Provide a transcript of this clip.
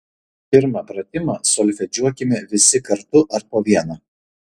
pirmą pratimą solfedžiuokime visi kartu ar po vieną